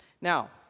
Now